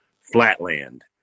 Flatland